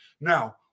Now